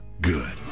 good